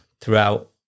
throughout